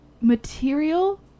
material